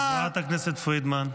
חברת הכנסת פרידמן.